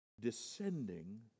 descending